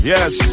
Yes